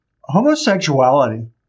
Homosexuality